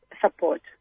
support